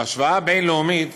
בהשוואה בין-לאומית